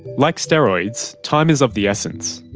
like steroids, time is of the essence,